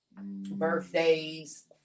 birthdays